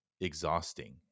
exhausting